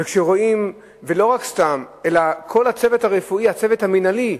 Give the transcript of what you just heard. ולא רק סתם, גם כל הצוות הרפואי, המינהלי,